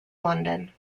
london